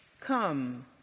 Come